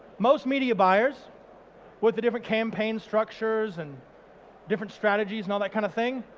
most media buyers with the different campaign structures and different strategies and all that kind of thing,